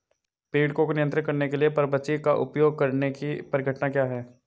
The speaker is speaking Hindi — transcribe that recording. पीड़कों को नियंत्रित करने के लिए परभक्षी का उपयोग करने की परिघटना क्या है?